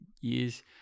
years